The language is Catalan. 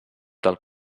del